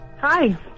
Hi